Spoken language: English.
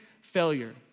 failure